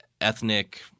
ethnic